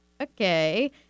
Okay